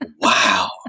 wow